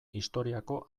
historiako